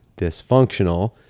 dysfunctional